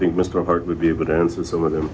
think mr hurd would be able to answer some of them